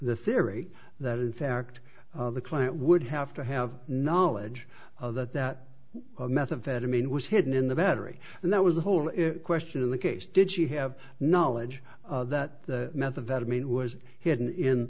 the theory that in fact the client would have to have knowledge that that methamphetamine was hidden in the battery and that was the whole it question in the case did she have knowledge that methamphetamine was hidden in